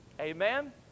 amen